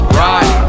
right